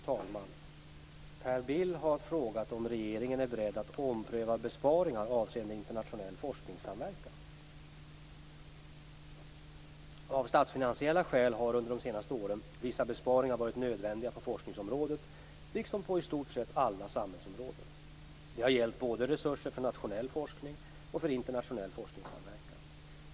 Fru talman! Per Bill har frågat om regeringen är beredd att ompröva besparingar avseende internationell forskningssamverkan. Av statsfinansiella skäl har under de senaste åren vissa besparingar varit nödvändiga på forskningsområdet, liksom på i stort sett alla samhällsområden. Det har gällt både resurser för nationell forskning och för internationell forskningssamverkan.